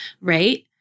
right